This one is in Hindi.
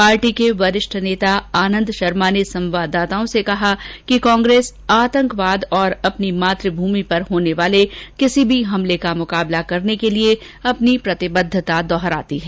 पार्टी के वरिष्ठ नेता आनंद शर्मा ने संवाददाताओं से कहा कि कांग्रेस आतंकवाद और अपनी मातृभूमि पर होने वाले किसी भी हमले का मुकाबला करने के लिए अपनी प्रतिबद्धता दोहराती है